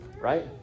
right